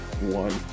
one